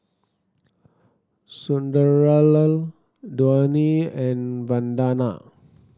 Sunderlal Dhoni and Vandana